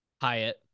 Hyatt